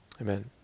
Amen